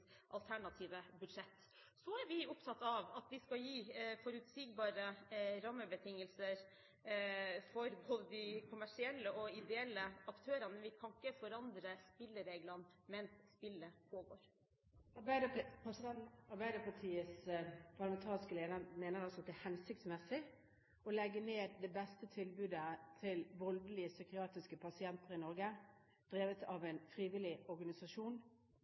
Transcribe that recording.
alternative budsjett. Så er vi opptatt av at vi skal gi forutsigbare rammebetingelser for både de kommersielle og de ideelle aktørene, men vi kan ikke forandre spillereglene mens spillet pågår. Arbeiderpartiets parlamentariske leder mener altså at det er hensiktsmessig å legge ned det beste tilbudet til voldelige psykiatriske pasienter i Norge, drevet av en frivillig organisasjon.